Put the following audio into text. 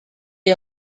est